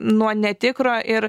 nuo netikro ir